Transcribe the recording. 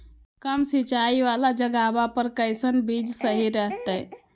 कम सिंचाई वाला जगहवा पर कैसन बीज सही रहते?